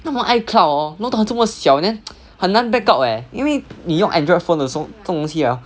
他们 icloud hor 弄到他这么小 then 很难 backup leh 因为你用 Android phone 这种东西 hor